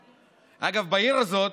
אגב, בעיר הזאת,